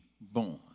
born